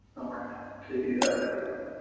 homework that we can do that with everyone.